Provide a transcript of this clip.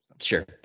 Sure